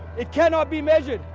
it cannot be measured.